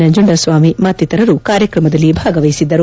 ನಂಜುಂಡಸ್ನಾಮಿ ಮತ್ತಿತರರು ಕಾರ್ಯಕ್ರಮದಲ್ಲಿ ಭಾಗವಹಿಸಿದ್ದರು